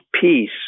peace